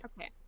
okay